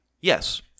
Yes